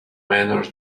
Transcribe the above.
manor